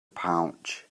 pouch